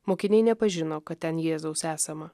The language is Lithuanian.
mokiniai nepažino kad ten jėzaus esama